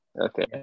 okay